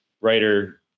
writer